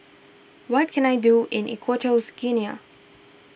what can I do in Equatorial Guinea